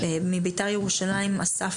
מבית"ר ירושלים דובר המועדון אסף